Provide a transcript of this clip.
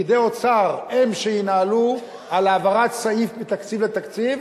פקידי אוצר הם שינהלו העברת תקציב מסעיף לסעיף,